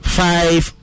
five